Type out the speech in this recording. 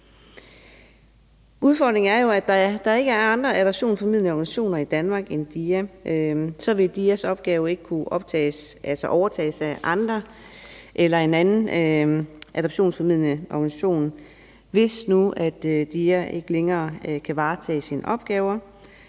Udfordringen er jo, at der ikke er andre adoptionsformidlende organisationer i Danmark end DIA. Så DIA's opgave vil ikke kunne overtages af andre eller af en anden adoptionsformidlende organisation, hvis nu DIA ikke længere kan varetage sine opgaver,